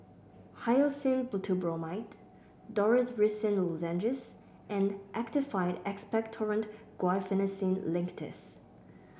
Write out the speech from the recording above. Hyoscine Butylbromide Dorithricin Lozenges and Actified Expectorant Guaiphenesin Linctus